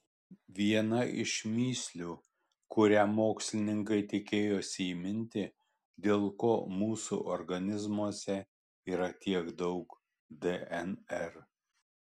viena iš mįslių kurią mokslininkai tikėjosi įminti dėl ko mūsų organizmuose yra tiek daug dnr